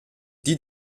die